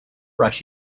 rush